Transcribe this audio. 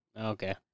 Okay